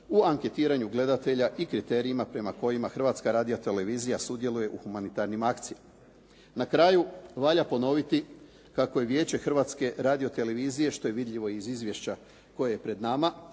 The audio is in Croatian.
u anketiranju gledatelju i kriterijima prema kojima Hrvatska radio-televizija sudjeluje u humanitarnim akcijama. Na kraju, valja ponoviti kako je vijeće Hrvatske radio-televizije što je vidljivo iz izvješća koje je pred nama